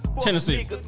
Tennessee